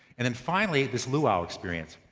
and then finally, this luau experience.